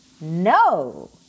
no